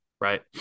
right